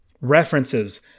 References